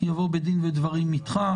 יבוא בדין ודברים איתך,